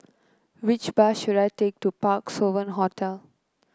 which bus should I take to Parc Sovereign Hotel